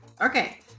Okay